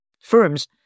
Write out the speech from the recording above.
firms